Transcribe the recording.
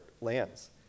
lands